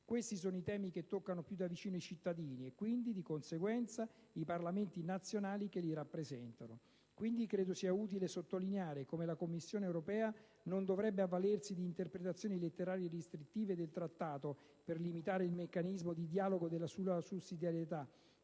Questi sono i temi che toccano più da vicino i cittadini e quindi, di conseguenza, i Parlamenti nazionali che li rappresentano. Credo quindi sia utile sottolineare come la Commissione europea non dovrebbe avvalersi di interpretazioni letterali e restrittive del Trattato per limitare il meccanismo di dialogo sulla sussidiarietà,